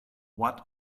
what